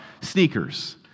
sneakers